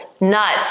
nuts